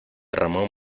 ramón